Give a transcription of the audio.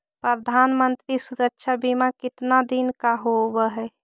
प्रधानमंत्री मंत्री सुरक्षा बिमा कितना दिन का होबय है?